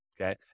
okay